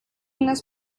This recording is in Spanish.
las